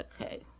Okay